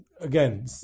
again